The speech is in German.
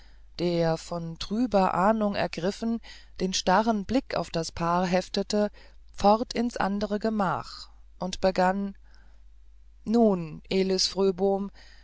der von trüber ahnung ergriffen den starren blick auf das paar heftete fort ins andere gemach und begann nun elis